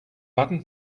button